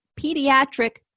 pediatric